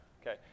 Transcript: Okay